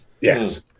Yes